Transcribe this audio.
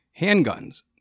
handguns